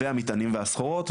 והמטענים והסחורות,